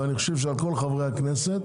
ואני חושב שעל כל חברי הכנסת,